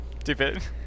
Stupid